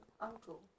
Uncle